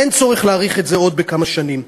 אין צורך להאריך את זה עוד בכמה שנים.